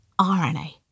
RNA